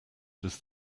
does